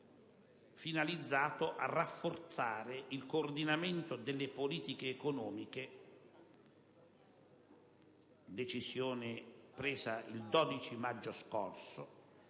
finalizzato a rafforzare il coordinamento delle politiche economiche, preso il 12 maggio scorso,